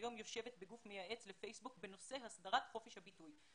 היום יושבת בגוף מייעץ לפייסבוק בנושא הסדרת חופש הביטוי,